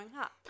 up